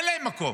אין להם מקום.